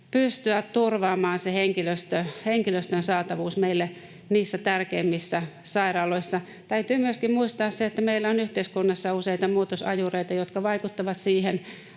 pystyä turvaamaan henkilöstön saatavuus niissä tärkeimmissä sairaaloissa. Täytyy myöskin muistaa, että meillä on yhteiskunnassa useita muutosajureita, jotka vaikuttavat siihen.